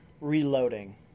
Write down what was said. reloading